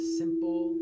simple